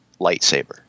lightsaber